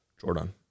Jordan